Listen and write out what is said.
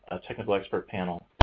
technical expert panel,